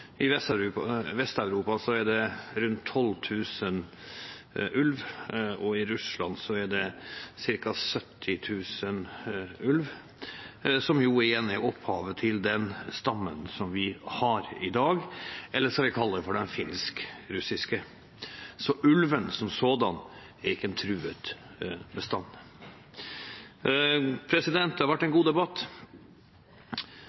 rundt 12 000 ulver, og i Russland er det ca. 70 000 ulver, som igjen er opphavet til den stammen som vi har i dag, som vi kaller for den finsk-russiske. Så ulven som sådan er ikke en truet bestand. Det har vært en